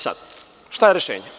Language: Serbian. Sada, šta je rešenje?